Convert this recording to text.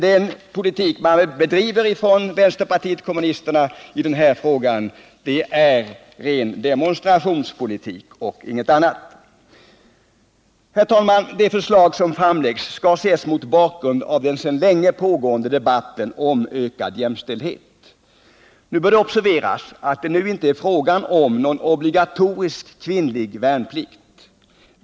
Den politik som vänsterpartiet kommunisterna bedriver i den här frågan är ren demonstrationspolitik och inget annat. Herr talman! De förslag som framläggs skall ses mot bakgrund av den sedan länge pågående debatten om ökad jämställdhet. Men det bör observeras att det nu inte är fråga om någon obligatorisk kvinnlig värnplikt.